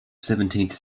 seventeenth